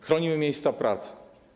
Chronimy miejsca pracy.